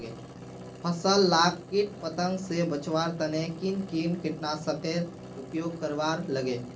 फसल लाक किट पतंग से बचवार तने किन किन कीटनाशकेर उपयोग करवार लगे?